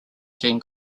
gen